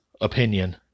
opinion